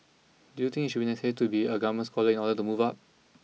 do you think it should be necessary to be a government scholar in order to move up